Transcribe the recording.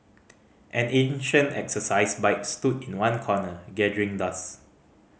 an ancient exercise bike stood in one corner gathering dust